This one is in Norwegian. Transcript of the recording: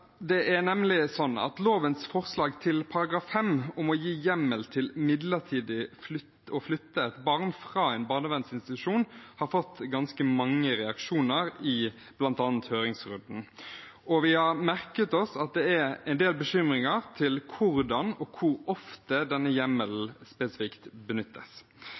Det er nemlig sånn at lovens forslag til § 5, om å gi hjemmel til midlertidig å flytte et barn fra en barnevernsinstitusjon, har fått ganske mange reaksjoner i bl.a. høringsrunden. Vi har merket oss at det er en del bekymringer for hvordan og hvor ofte denne hjemmelen benyttes spesifikt.